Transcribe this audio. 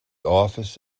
office